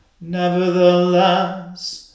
Nevertheless